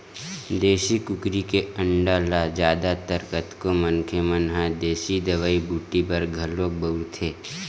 देसी कुकरी के अंडा ल जादा तर कतको मनखे मन ह देसी दवई बूटी बर घलोक बउरथे